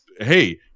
Hey